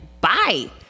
Bye